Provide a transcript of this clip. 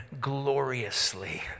gloriously